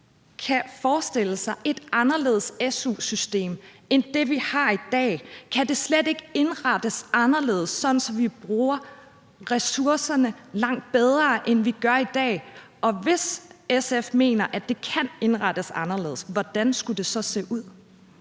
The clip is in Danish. kan forestille sig et anderledes su-system end det, vi har i dag? Kan det slet ikke indrettes anderledes, sådan at vi bruger ressourcerne langt bedre, end vi gør i dag? Og hvis SF mener, at det kan indrettes anderledes, hvordan skulle det så se ud?